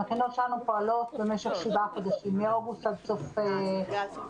המכינות שלנו פועלות במשך שבעה חודשים מאוגוסט עד סוף פברואר,